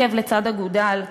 עקב בצד אגודל,